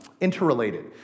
interrelated